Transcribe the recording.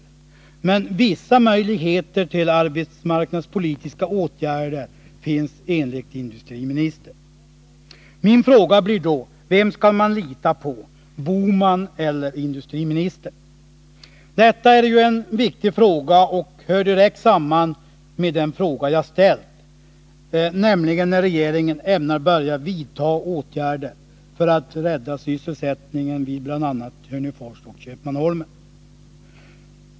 Men 9 december 1980 vissa möjligheter till arbetsmarknadspolitiska åtgärder finns enligt industriministern. Vem skall man lita på, Gösta Bohman eller industriministern? De Om sysselsättolika uttalandena gäller en viktig fråga som direkt hör samman med den fråga ningen vid NCB:s som jag har ställt, när regeringen ämnar börja vidta åtgärder för att rädda sysselsättningen i bl.a. Hörnefors och Köpmanholmen.